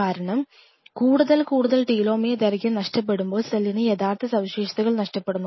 കാരണം കൂടുതൽ കൂടുതൽ ടെലോമിയർ ദൈർഘ്യം നഷ്ടപ്പെടുമ്പോൾ സെല്ലിന് യഥാർത്ഥ സവിശേഷതകൾ നഷ്ടപ്പെടുന്നു